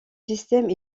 système